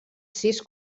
sis